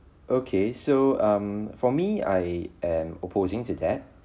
okay so um for me I am opposing to that